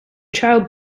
child